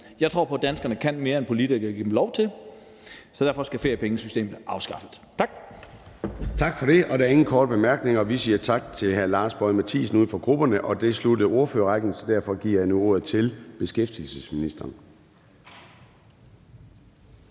Jeg tror på, at danskerne kan mere, end politikerne giver dem lov til, så derfor skal feriepengesystemet afskaffes. Tak. Kl. 13:23 Formanden (Søren Gade): Tak for det. Der er ingen korte bemærkninger, og vi siger tak til hr. Lars Boje Mathiesen, uden for grupperne. Og det sluttede ordførerrækken, så derfor giver jeg nu ordet til beskæftigelsesministeren.